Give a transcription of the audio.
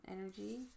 energy